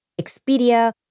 Expedia